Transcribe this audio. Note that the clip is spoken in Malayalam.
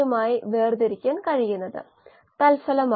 നമുക്കറിയാം അതായത്